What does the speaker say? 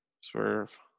Swerve